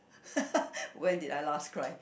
when did I last cry